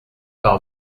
par